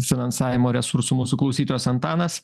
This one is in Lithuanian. finansavimo resursų mūsų klausytojas antanas